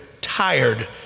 tired